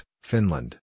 Finland